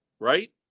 Right